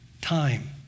time